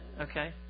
Okay